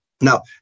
Now